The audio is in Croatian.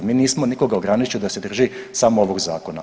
Mi nismo nikoga ograničili da se drži samo ovog zakona.